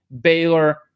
Baylor